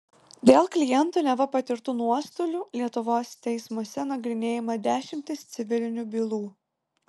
dėl klientų neva patirtų nuostolių lietuvos teismuose nagrinėjama dešimtys civilinių bylų